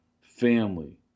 family